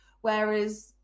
whereas